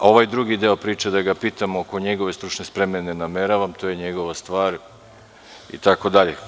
Ovaj drugi deo priče, da ga pitam oko njegove stručne spreme, ne nameravam, to je njegova stvar itd.